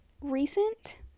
recent